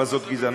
אבל זו גזענות,